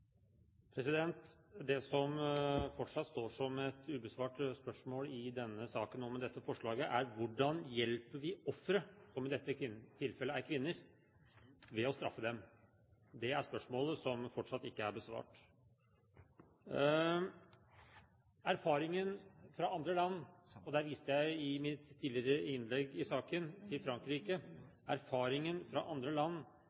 Det som fortsatt står som et ubesvart spørsmål i saken om dette forslaget, er: Hvordan hjelper vi ofre, som i dette tilfellet er kvinner, ved å straffe dem? Det spørsmålet er fortsatt ikke besvart. Erfaringen fra andre land – jeg viste i mitt tidligere innlegg i saken til